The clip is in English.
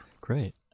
Great